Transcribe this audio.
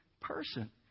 person